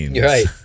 right